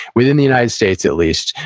within the united states, at least,